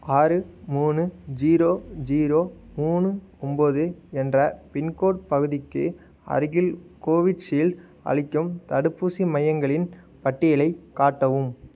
ஆறு மூணு zero zero மூணு ஒன்போது என்ற பின்கோட் பகுதிக்கு அருகில் கோவிட்ஷீல்டு அளிக்கும் தடுப்பூசி மையங்களின் பட்டியலைக் காட்டவும்